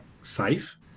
safe